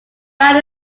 band